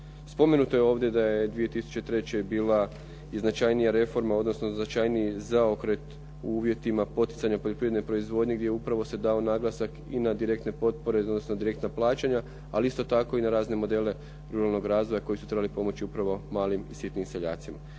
Spomenuto je ovdje da je 2003. bila i značajnija reforma, odnosno značajniji zaokret u uvjetima poticanja poljoprivredne proizvodnje gdje upravo se dao naglasak i na direktne potpore, odnosno na direktna plaćanja ali isto tako na razne modele ruralnog razvoja koji su trebali pomoći malim i sitnim seljacima.